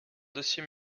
dossier